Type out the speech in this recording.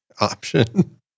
option